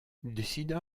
décida